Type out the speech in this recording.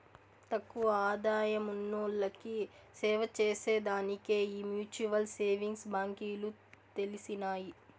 తక్కువ ఆదాయమున్నోల్లకి సేవచేసే దానికే ఈ మ్యూచువల్ సేవింగ్స్ బాంకీలు ఎలిసినాయి